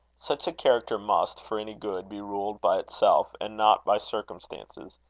such a character must, for any good, be ruled by itself, and not by circumstances.